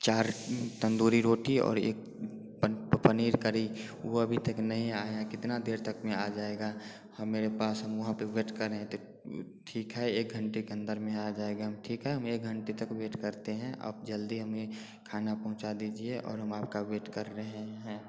चार तंदूरी रोटी और एक पनीर करी वो अभी तक नहीं आया है कितना देर तक में आ जाएगा ह मेरे पास हम वहाँ पे वेट कर रहे थे ठीक है एक घंटे के अंदर में आ जाएगा हम ठीक है हम एक घंटे तक वेट करते हैं आप जल्दी हमें खाना पहुँचा दीजिए और हम आपका वेट कर रहे हैं